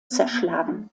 zerschlagen